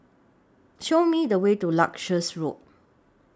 Show Me The Way to Leuchars Road